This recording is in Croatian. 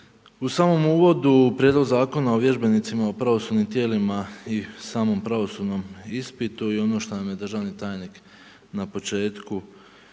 U samom uvodu prijedlog Zakona o vježbenicima u pravosudnim tijelima i samom pravosudnom ispitu i onom što nam je državni tajnik na početku